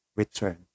return